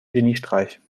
geniestreich